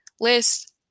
list